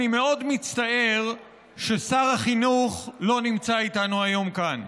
אני מאוד מצטער ששר החינוך לא נמצא איתנו היום כאן,